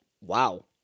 Wow